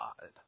God